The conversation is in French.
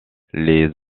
les